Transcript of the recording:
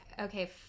okay